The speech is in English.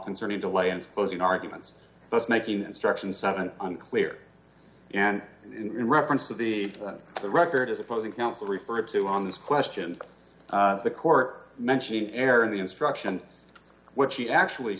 concerning delay and closing arguments thus making instruction seven unclear and in reference to the of the record as opposing counsel referred to on this question of the court mentioning erin the instruction what she actually